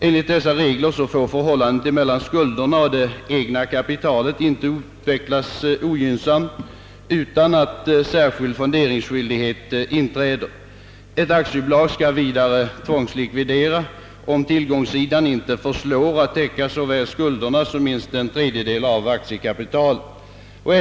Enligt dessa regler får förhållandet mellan skulderna och det egna kapitalet inte utvecklas ogynnsamt utan att särskild fonderingsskyldighet inträder. Ett aktiebolag skall vidare tvångslikvidera om tillgångssidan inte förslår att täcka såväl skulderna som minst en tredjedel av aktiekapitalet.